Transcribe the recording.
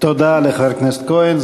תודה לחבר הכנסת כהן.